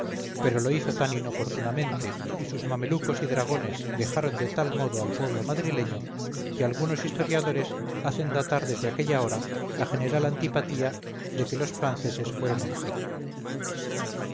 pero lo hizo tan inoportunamente y sus mamelucos y dragones vejaron de talmodo al pueblo madrileño que algunos historiadores hacen datar desde aquella hora la general antipatía de que los franceses fueron objeto